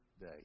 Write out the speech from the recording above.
day